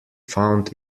found